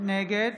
נגד